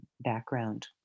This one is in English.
background